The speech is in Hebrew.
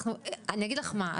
אני אגיד לך מה,